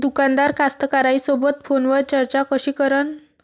दुकानदार कास्तकाराइसोबत फोनवर चर्चा कशी करन?